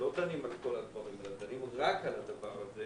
שלא דנים על כל הדברים אלא דנים רק על הדבר הזה